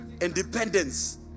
Independence